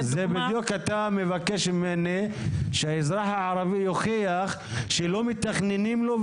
בדיוק כמו שאתה מבקש ממני שהאזרח הערבי יוכיח שלא מתכננים לו,